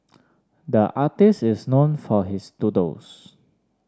the artist is known for his doodles